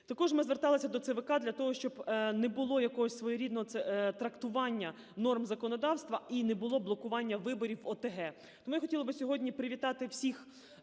Також ми зверталися до ЦВК для того, щоб не було якогось своєрідного трактування норм законодавства і не було блокування виборів ОТГ.